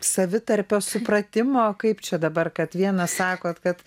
savitarpio supratimo kaip čia dabar kad vienas sakot kad